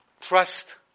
Trust